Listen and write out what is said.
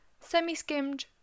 semi-skimmed